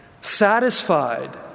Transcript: satisfied